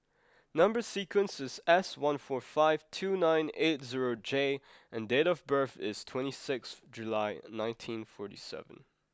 number sequence is S one four five two nine eight zero J and date of birth is twenty six July nineteen forty seven